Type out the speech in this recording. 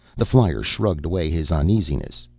the flyer shrugged away his uneasiness.